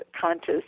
conscious